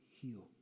heal